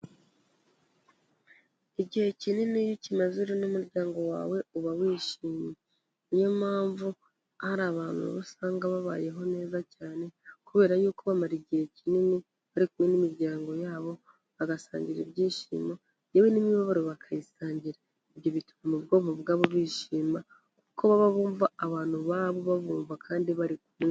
Igihe kinini iyo ukimaze uri n'umuryango wawe uba wishimye, niyo mpamvu hari abantu uba usanga babayeho neza cyane, kubera yuko bamara igihe kinini bari kumwe n'imiryango yabo, bagasangira ibyishimo yewe n'imibabaro bakayisangira, ibyo bituma mu ubwonko bwabo bwishima kuko baba bumva abantu babo babumva kandi bari kumwe.